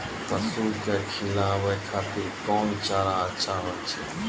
पसु के खिलाबै खातिर कोन चारा अच्छा होय छै?